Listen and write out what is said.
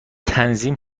تنظیم